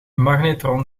magnetron